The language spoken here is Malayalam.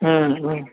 മ്മ് മ്മ്